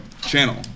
channel